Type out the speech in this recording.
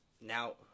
now